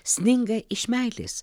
sninga iš meilės